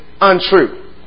untrue